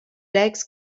legs